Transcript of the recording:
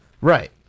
Right